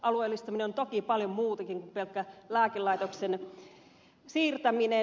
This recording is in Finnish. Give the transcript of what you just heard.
alueellistaminen on toki paljon muutakin kuin pelkkä lääkelaitoksen siirtäminen